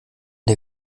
der